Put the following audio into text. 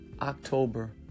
October